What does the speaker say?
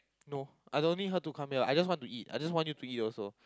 no I don't need her to come here I just want to eat I just want you to eat also